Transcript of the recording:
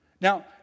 Now